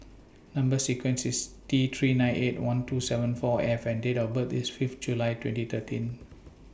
Number sequence IS T three nine eight one two seven four F and Date of birth IS Fifth July twenty thirteen